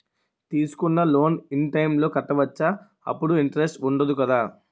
తీసుకున్న loan in time లో కట్టవచ్చ? అప్పుడు ఇంటరెస్ట్ వుందదు కదా?